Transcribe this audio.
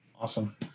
Awesome